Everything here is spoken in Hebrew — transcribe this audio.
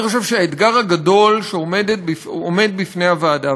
אני חושב שהאתגר הגדול שעומד בפני הוועדה,